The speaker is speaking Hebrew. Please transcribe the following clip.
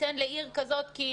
ניתן לעיר כזאת ככה,